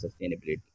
sustainability